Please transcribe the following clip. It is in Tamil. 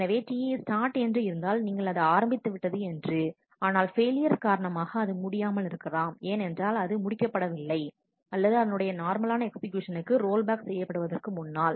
எனவே Tistart என்று இருந்தால் நீங்கள் அது ஆரம்பித்துவிட்டது என்று ஆனால் ஃபெயிலியர் காரணமாக அது முடியாமல் இருக்கலாம் ஏன் என்றால் அது முடிக்கப்படவில்லை அல்லது அதனுடைய நார்மலான எக்ஸிகியூனக்கு ரோல்பேக் செய்யப்படுவதற்கு முன்னால்